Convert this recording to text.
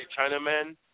Chinamen